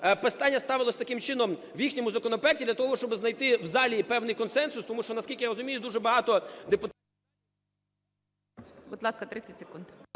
питання ставилось таким чином в їхньому законопроекті для того, щоб знайти в залі певний консенсус, тому що, наскільки я розумію, дуже багато депутатів… ГОЛОВУЮЧИЙ. Будь ласка, 30 секунд.